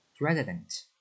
Resident